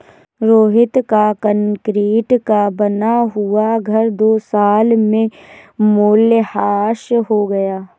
रोहित का कंक्रीट का बना हुआ घर दो साल में मूल्यह्रास हो गया